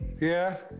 yeah?